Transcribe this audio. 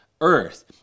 earth